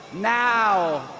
now,